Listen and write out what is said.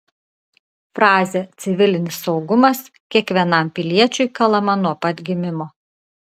frazė civilinis saugumas kiekvienam piliečiui kalama nuo pat gimimo